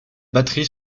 batterie